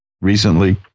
recently